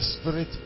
spirit